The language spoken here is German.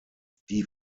die